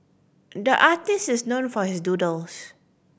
the artist is known for his doodles